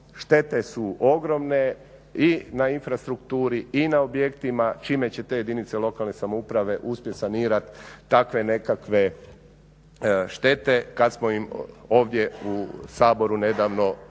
štete su ogromne i na infrastrukturi i na objektima. Čime će te jedinice lokalne samouprave uspjeti sanirati takve nekakve štete kada smo im ovdje u Saboru nedavno za